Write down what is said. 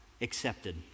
accepted